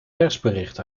persbericht